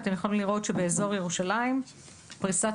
ואתם יכולים לראות שבאזור ירושלים פריסת